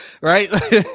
right